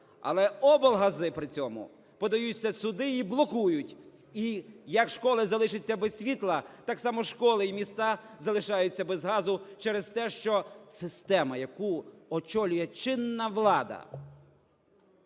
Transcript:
але облгази при цьому подають це в суди і блокують. І як школи залишаться без світла, так само школи і міста залишаються без газу через те, що система, яку очолює чинна влада,